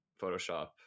Photoshop